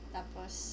Tapos